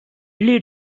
lead